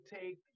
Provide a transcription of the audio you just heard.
take